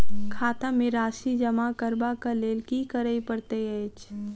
खाता मे राशि जमा करबाक लेल की करै पड़तै अछि?